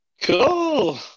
Cool